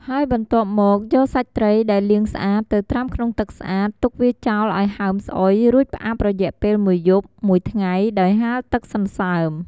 ហើយបន្ទាប់មកយកសាច់ត្រីដែលលាងស្អាត ទៅត្រាំក្នុងទឹកស្អាត ទុកវាចោលឱ្យហើមស្អុយ រួចផ្អាប់រយៈពេលមួយយប់មួយថ្ងៃ ដោយហាលទឹកសន្សើម។